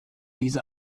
diese